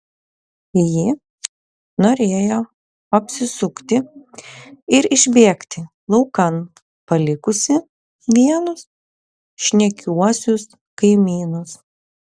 ji norėjo apsisukti ir išbėgti laukan palikusi vienus šnekiuosius kaimynus